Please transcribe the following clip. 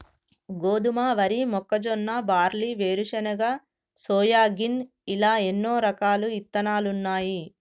గోధుమ, వరి, మొక్కజొన్న, బార్లీ, వేరుశనగ, సోయాగిన్ ఇలా ఎన్నో రకాలు ఇత్తనాలున్నాయి